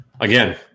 Again